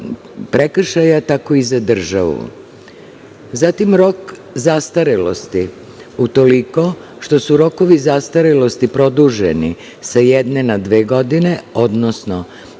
državu; rok zastarelosti, utoliko što su rokovi zastarelosti produženi sa jedne na dve godine, odnosno